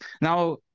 Now